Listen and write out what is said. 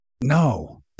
No